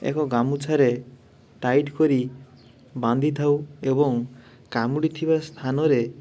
ଏକ ଗାମୁଛାରେ ଟାଇଟ୍ କରି ବାନ୍ଧିଥାଉ ଏବଂ କାମୁଡ଼ିଥିବା ସ୍ଥାନରେ